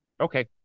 Okay